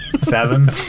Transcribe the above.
Seven